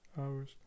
hours